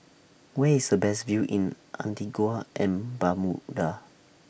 Where IS The Best View in Antigua and Barbuda